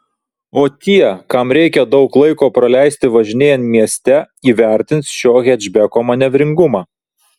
o tie kam reikia daug laiko praleisti važinėjant mieste įvertins šio hečbeko manevringumą